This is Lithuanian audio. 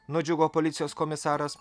nudžiugo policijos komisaras